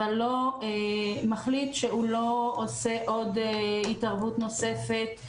אבל מחליט שהוא לא עושה עוד התערבות נוספת,